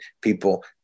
people